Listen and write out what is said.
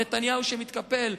נתניהו שמתקפל?